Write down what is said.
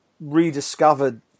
rediscovered